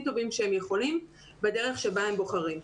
טובים שהם יכולים בדרך שבה הם בוחרים.